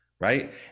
right